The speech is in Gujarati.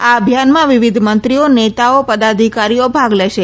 આ અભિયાનમાં વિવિધ મંત્રીઓ નેતાઓ પદાધિકારીઓ ભાગ લેશે